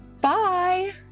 Bye